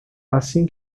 assim